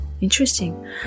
interesting